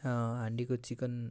हाँडीको chicken